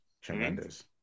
Tremendous